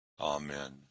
Amen